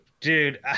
Dude